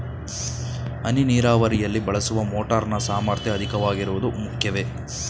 ಹನಿ ನೀರಾವರಿಯಲ್ಲಿ ಬಳಸುವ ಮೋಟಾರ್ ನ ಸಾಮರ್ಥ್ಯ ಅಧಿಕವಾಗಿರುವುದು ಮುಖ್ಯವೇ?